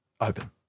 Open